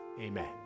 amen